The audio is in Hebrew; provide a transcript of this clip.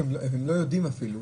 הם לא יודעים אפילו,